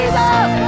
Jesus